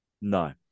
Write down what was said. No